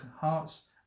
hearts